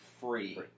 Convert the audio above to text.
free